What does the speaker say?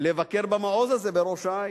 לבקר במעוז הזה בראש-העין.